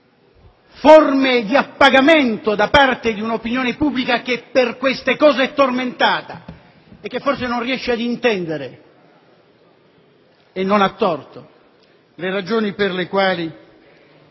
forme di appagamento da parte di un'opinione pubblica che per queste cose è tormentata e che forse non riesce ad intendere, e non a torto, le ragioni per le quali